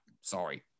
Sorry